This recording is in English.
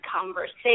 conversation